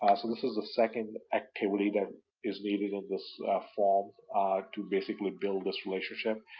so this is the second activity that is needed in this form to basically build this relationship,